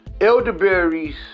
elderberries